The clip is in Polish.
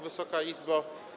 Wysoka Izbo!